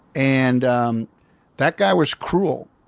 and um that guy was cruel.